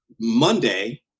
Monday